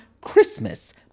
Christmas